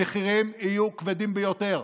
המחירים יהיו כבדים ביותר.